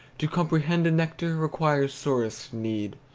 to comprehend a nectar requires sorest need.